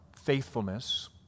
faithfulness